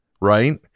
Right